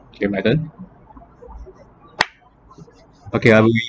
K my turn okay I